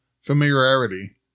familiarity